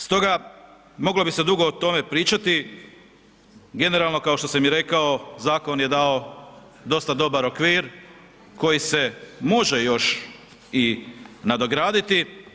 Stoga moglo bi se dugo o tome pričati, generalno kao što sam i rekao, zakon je dao dosta dobar okvir koji se može još i nadograditi.